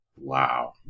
Wow